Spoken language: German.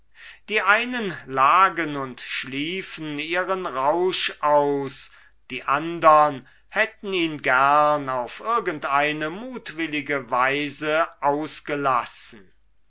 die einen lagen und schliefen ihren rausch aus die andern hätten ihn gern auf irgendeine mutwillige weise ausgelassen